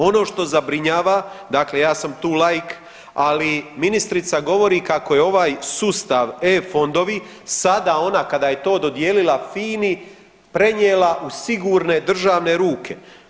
Ono što zabrinjava, dakle ja sam tu laik, ali ministrica govori kako je ovaj sustav e-fondovi sada ona kada je to dodijelila FINI prenijela u sigurne državne ruke.